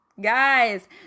guys